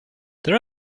there